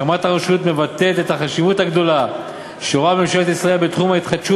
הקמת הרשות מבטאת את החשיבות הגדולה שרואה ממשלת ישראל בתחום ההתחדשות